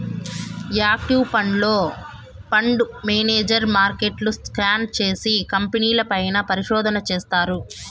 active ఫండ్లో, fund manager మార్కెట్ను scan చేసి, కంపెనీల పైన పరిశోధన చేస్తారు